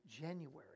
January